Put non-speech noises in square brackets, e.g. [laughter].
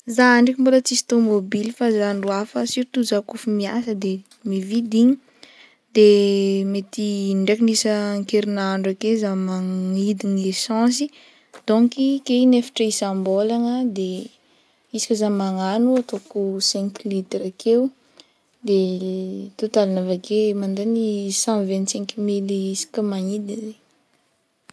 Za ndraiky mbola tsisy tomobily, fa za andro hafa surtout za koa efa miasa de mividy igny, de [hesitation] mety indraikiny inankerinandro ake za magnidiny essence donc ke inefatra isambolagna, de isaky za magnagno ataoko cinq litres akeo de [hesitation] totaliny aveke mandagny cent vingt cinq mily isaka magnidiny.